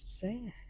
sad